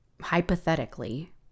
hypothetically